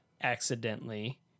accidentally